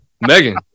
Megan